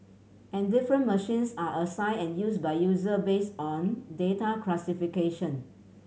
and different machines are assigned and used by users based on data classification